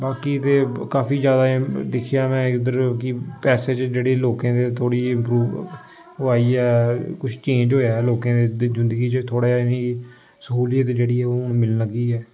बाकी ते काफी जैदा एह् दिखेआ में इद्धर कि पैसे च जेह्ड़े लोकें दे थोह्ड़े जनेही इम्प्रूव ओह् आई ऐ कुछ चेंज होएआ ऐ लोकें दे जिंदगी च थोह्ड़ा जेहा इ'नें गी स्हूलियत जेह्ड़ी ऐ ओह् मिलन लगी ऐ